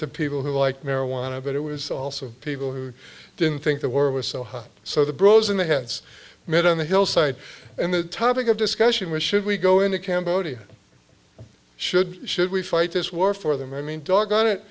to people who like marijuana but it was also people who didn't think the war was so hot so the bro's in the heads mid on the hillside and the topic of discussion was should we go into cambodia should should we fight this war for them i mean